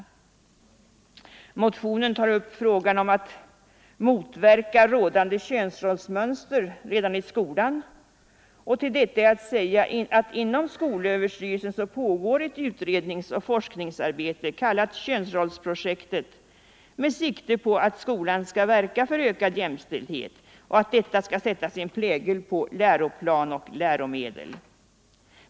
Motionen tar upp frågan om att motverka rådande könsrollsmönster redan i skolan. Till detta är att säga att inom skolöverstyrelsen pågår ett utredningsoch forskningsarbete, kallad könsrollsprojektet, med sikte på att skolan skall verka för ökad jämställdhet och att detta skall sätta sin prägel på läroplaner och läromedel.